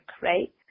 right